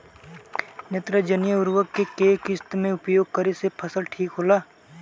नेत्रजनीय उर्वरक के केय किस्त मे उपयोग करे से फसल ठीक होला?